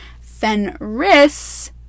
Fenris